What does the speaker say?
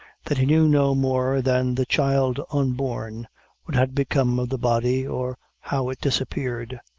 that he knew no more than the child unborn what had become of the body, or how it disappeared.